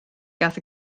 gaeth